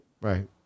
Right